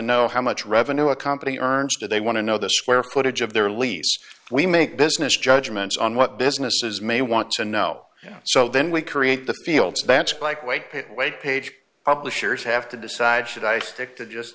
know how much revenue a company earns do they want to know the square footage of their lease we make business judgments on what businesses may want to know so then we create the fields that's like wait wait page publishers have to decide should i stick to just